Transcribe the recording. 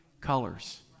colors